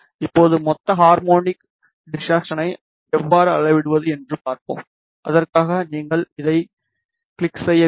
இப்போது மொத்த ஹார்மோனிக் டிசாரட்சனை எவ்வாறு அளவிடுவது என்று பார்ப்போம் அதற்காக நீங்கள் அதைக் கிளிக் செய்ய வேண்டும்